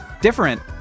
different